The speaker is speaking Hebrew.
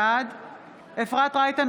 בעד אפרת רייטן